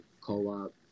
co-op